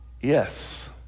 Yes